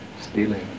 stealing